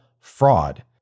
fraud